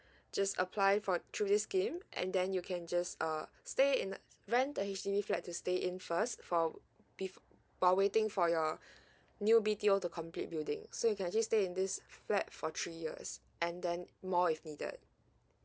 just apply for through this scheme and then you can just uh stay in rent the H_D_B flat to stay in first for bef~ while waiting for your new B_T_O to complete building so you can actually stay in this flat for three years and then more if needed